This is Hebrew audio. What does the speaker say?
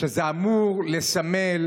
שנייה.